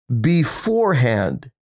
beforehand